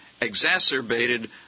exacerbated